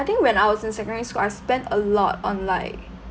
think when I was in secondary school I spend a lot on like